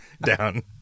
down